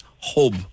hub